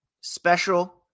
special